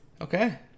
Okay